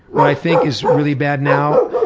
what i think is really bad now.